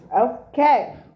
Okay